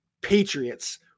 Patriots